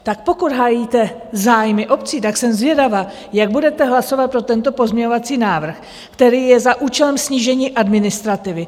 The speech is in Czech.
Tak pokud hájíte zájmy obcí, jsem zvědavá, jak budete hlasovat pro tento pozměňovací návrh, který je za účelem snížení administrativy.